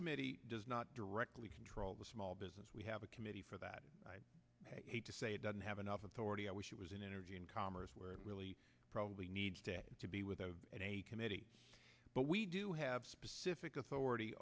committee does not directly control the small business we have a committee for that i'd hate to say it doesn't have enough authority i wish it was in energy and commerce where it really probably needs to be with a committee but we do have specific authority